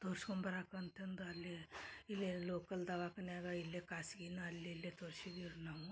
ತೋರ್ಸ್ಕೊಂಬರಾಕಂತಂದು ಅಲ್ಲಿ ಇಲ್ಲೆ ಲೋಕಲ್ ದವಾಖಾನ್ಯಾಗ ಇಲ್ಲೆ ಕಾಸ್ಗಿನ ಅಲ್ಲಿ ಇಲ್ಲಿ ತೋರ್ಸಿದ್ದೀವಿ ನಾವು